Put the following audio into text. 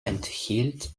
enthielt